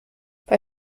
bei